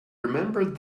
remembered